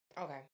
Okay